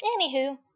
anywho